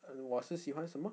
um 我是喜欢什么